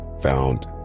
found